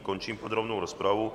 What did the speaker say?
Končím podrobnou rozpravu.